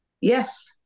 Yes